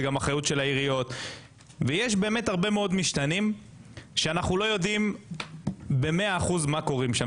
יש הרבה מאוד משתנים שאנחנו לא יודעים ב-100% מה קורה שם,